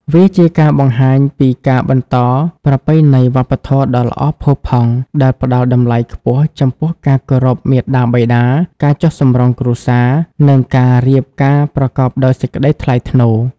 វាជាការបង្ហាញពី ការបន្តប្រពៃណីវប្បធម៌ដ៏ល្អផូរផង់ ដែលផ្តល់តម្លៃខ្ពស់ចំពោះការគោរពមាតាបិតា ការចុះសម្រុងគ្រួសារ និងការរៀបការប្រកបដោយសេចក្តីថ្លៃថ្នូរ។